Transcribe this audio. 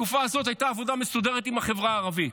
בתקופה הזאת הייתה עבודה מסודרת עם החברה הערבית.